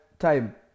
time